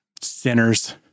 sinners